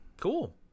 Cool